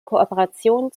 kooperation